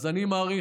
אז אני מעריך,